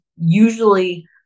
usually